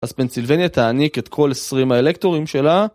אז פנסילבניה תעניק את כל 20 האלקטורים שלה